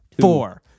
Four